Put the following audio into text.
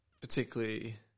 particularly